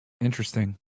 Interesting